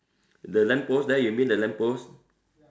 the lamp post there you mean the lamp post